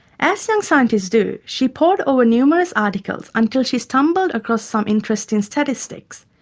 as young scientists do, she poured over numerous articles until she stumbled across some interesting statistics.